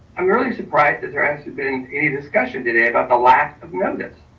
i'm really surprised that there hasn't been any discussion today about the lack of notice.